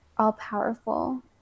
all-powerful